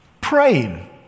praying